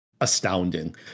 astounding